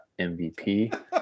MVP